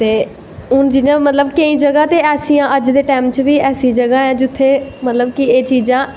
ते हून केंई जगाह् ते ऐसियां अज्ज दे टैम च बी ऐसियां चीज़ां ऐं जित्थें मतलव कि एह् चीज़ां